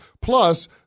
Plus